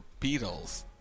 Beatles